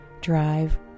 drive